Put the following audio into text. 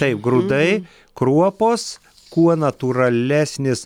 tai grūdai kruopos kuo natūralesnis